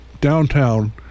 downtown